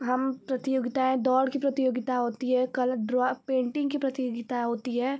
हम प्रतियोगिताएँ दौड़ की प्रतियोगिता होती है कला ड्रॉ पेंटिंग की प्रतियोगिता होती है